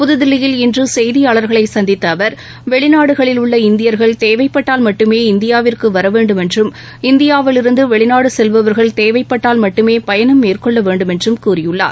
புத்தில்லியில் இன்று செய்தியாளாகளை சந்தித்த அவா் வெளிநாடுகளில் உள்ள இந்தியா்கள் தேவைப்பட்டால் மட்டுமே இந்தியாவிற்கு வரவேண்டும் என்றும் இந்தியாவிலிருந்து வெளிநாடு செல்பவர்கள் தேவைப்பட்டால் மட்டுமே பயணம் மேற்கொள்ள வேண்டும் என்றும் கூறினார்